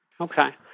Okay